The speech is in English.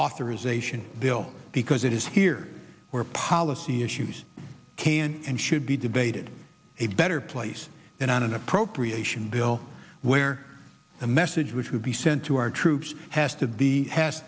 authorization bill because it is here where policy issues can and should be debated a better place than on an appropriation bill where the message which would be sent to our troops has to the has